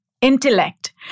intellect